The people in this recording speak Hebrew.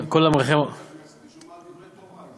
אשתי מבוהלת.